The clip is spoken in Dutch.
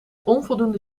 onvoldoende